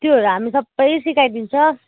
त्योहरू हामी सबै सिकाइदिन्छ